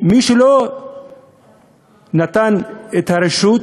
מי שלא נתן את הרשות,